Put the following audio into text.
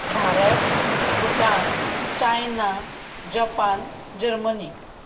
Bharat Bhutan China Japan Germany